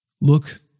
Look